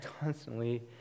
constantly